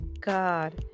God